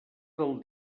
del